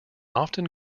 often